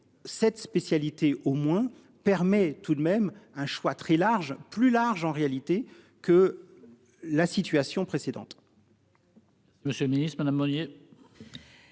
cette spécialité au moins permet tout de même un choix très large plus large en réalité que la situation précédente. Monsieur le Ministre, Madame. Moi